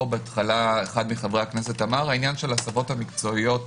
אמר אחד מחברי הכנסת העניין של ההסבות המקצועיות